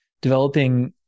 developing